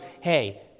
hey